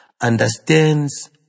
understands